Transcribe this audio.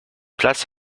plage